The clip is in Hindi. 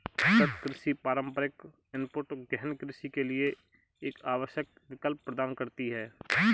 सतत कृषि पारंपरिक इनपुट गहन कृषि के लिए एक आवश्यक विकल्प प्रदान करती है